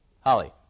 Holly